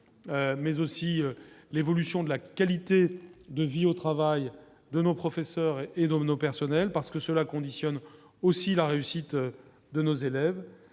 mais aussi l'évolution de la qualité de vie au travail de nos professeurs et donc nos personnels, parce que cela conditionne aussi la réussite de nos élèves,